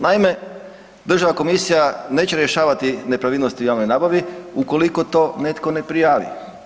Naime, državna komisija neće rješavati nepravilnosti u javnoj nabavi ukoliko to netko ne prijavi.